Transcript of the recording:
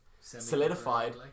solidified